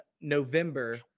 November